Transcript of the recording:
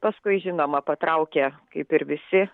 paskui žinoma patraukė kaip ir visi